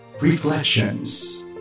Reflections